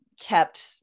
kept